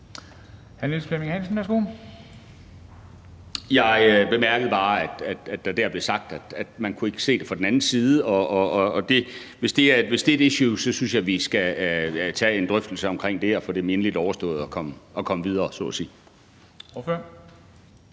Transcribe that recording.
Jeg bemærkede bare, at der dér blev sagt, at man ikke kunne se det fra den anden side, og hvis det er et issue, synes jeg, at vi skal tage en drøftelse om det og få det mindeligt overstået og komme videre,